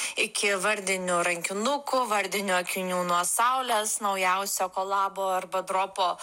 iki vardinių rankinukų vardinių akinių nuo saulės naujausio kolabo arba dropo